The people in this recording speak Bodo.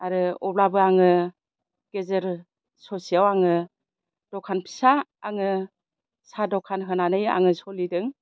आरो अब्लाबो आङो गेजेर ससेआव आङो दखान फिसा आङो साहा दखान होनानै आङो सोलिदों